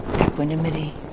equanimity